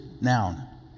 noun